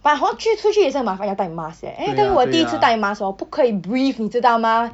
but hor 去出去也是很麻烦要带 mask eh 因为对于我第一次带 mask hor 不可以 breathe 你知道吗